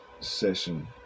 session